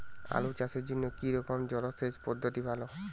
আলু চাষের জন্য কী রকম জলসেচ পদ্ধতি ভালো?